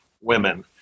women